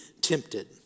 tempted